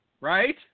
Right